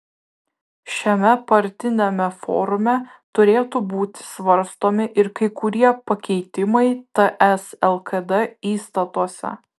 šiame partiniame forume turėtų būti svarstomi ir kai kurie pakeitimai ts lkd įstatuose